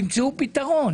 אמרתי: בסדר, תמצאו פתרון.